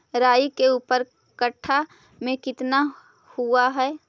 राई के ऊपर कट्ठा में कितना हुआ है?